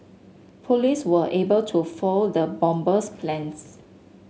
police were able to foil the bomber's plans